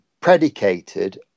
predicated